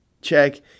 check